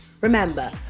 Remember